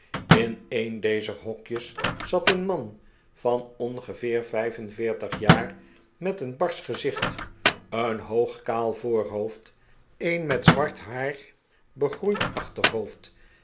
in een dezer hokjes zat een man van ongeveer vijf en veertig jaar met een barsch gezicht een hoog kaal voorhoofd een met zwart haar begroeid achterhoofd